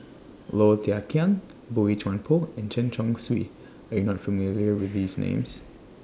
Low Thia Khiang Boey Chuan Poh and Chen Chong Swee YOU Are not familiar with These Names